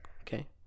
Okay